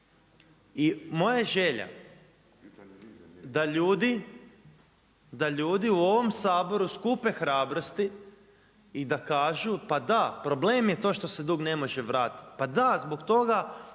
I moja je želja da ljudi u ovom Saboru skupe hrabrosti i da kažu pa da, problem je to što se dug ne može vratiti, pa da zbog toga